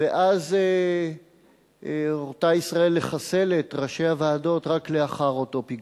ואז הורתה ישראל לחסל את ראשי ה"ועדות" רק לאחר אותו פיגוע.